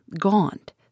gaunt